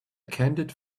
candid